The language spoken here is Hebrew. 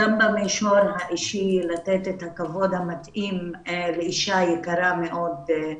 גם במישור האישי לתת את הכבוד המתאים לאישה יקרה מאוד,